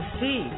see